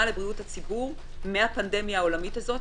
לבריאות הציבור מהפנדמיה העולמית הזאת.